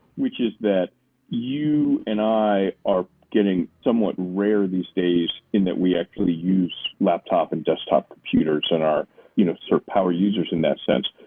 which is that you and i are getting somewhat rare these days and that we actually use laptop and desktop computers in our you know sort of power users in that sense.